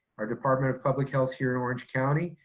our department of public health here in orange county,